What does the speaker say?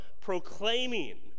proclaiming